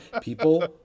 people